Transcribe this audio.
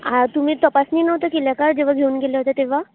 आ तुम्ही तपासणी नव्हत्या केल्या का जेव्हा घेऊन गेल्या होत्या तेव्हा